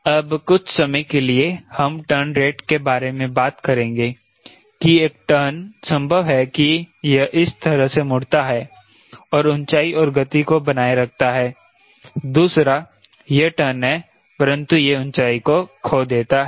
अब कुछ समय के लिए हम टर्न रेट के बारे में बात करेंगे कि एक टर्न संभव है कि यह इस तरह से मुड़ता है और ऊंचाई और गति को बनाए रखता है दूसरा यह टर्न है परंतु यह ऊंचाई को खो देता है